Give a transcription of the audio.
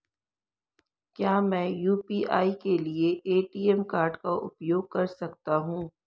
क्या मैं यू.पी.आई के लिए ए.टी.एम कार्ड का उपयोग कर सकता हूँ?